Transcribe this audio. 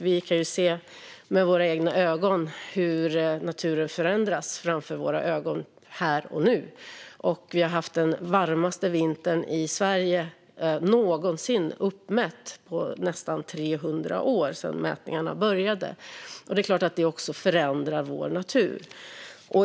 Vi kan se med egna ögon hur naturen förändras framför våra ögon här och nu. Vi har haft den varmaste vinter som uppmätts i Sverige på nästan 300 år, sedan mätningarna började. Det är klart att det också förändrar vår natur.